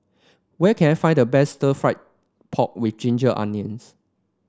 where can I find the best fried pork with Ginger Onions